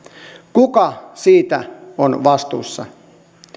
kuka siitä on vastuussa